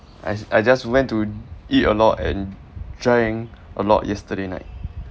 I I just went to eat a lot and drank a lot yesterday night